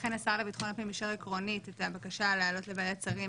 אכן השר לביטחון הפנים אישר עקרונית את הבקשה להעלות לוועדת שרים